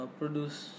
produce